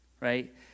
right